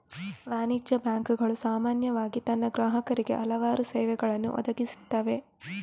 ವಾಣಿಜ್ಯ ಬ್ಯಾಂಕುಗಳು ಸಾಮಾನ್ಯವಾಗಿ ತನ್ನ ಗ್ರಾಹಕರಿಗೆ ಹಲವಾರು ಸೇವೆಗಳನ್ನು ಒದಗಿಸುತ್ತವೆ